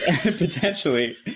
Potentially